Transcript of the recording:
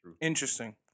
Interesting